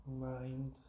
mind